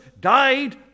died